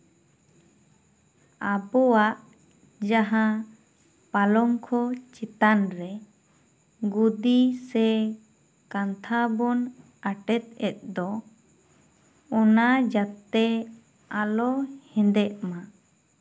ᱟᱵᱚᱣᱟᱜ ᱡᱟᱦᱟᱸ ᱯᱟᱞᱚᱝᱠᱷᱚ ᱪᱮᱛᱟᱱ ᱨᱮ ᱜᱚᱫᱤ ᱥᱮ ᱠᱟᱱᱛᱷᱟ ᱵᱚᱱ ᱟᱴᱮᱫ ᱮᱜ ᱫᱚ ᱚᱱᱟ ᱡᱟᱛᱮ ᱟᱞᱚ ᱦᱮᱸᱫᱮᱜ ᱢᱟ